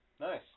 Nice